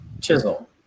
Chisel